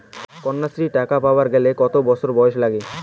কন্যাশ্রী টাকা পাবার গেলে কতো বছর বয়স লাগে?